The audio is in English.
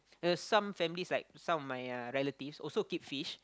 uh some families like some of my relatives also keep fish